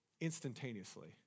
instantaneously